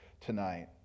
tonight